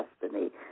destiny